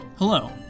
Hello